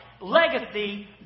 legacy